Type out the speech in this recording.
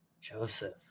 Joseph